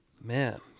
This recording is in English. Man